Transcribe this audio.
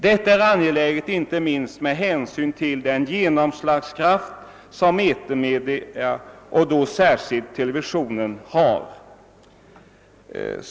Detta är angeläget inte minst med hänsyn till den genomslagskraft som etermedia och då särskilt televisionen har.